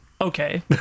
Okay